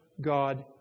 God